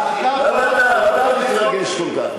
למה אתה מתרגש כל כך?